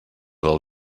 del